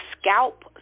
scalp